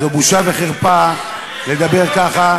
זו בושה וחרפה לדבר ככה,